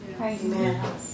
Amen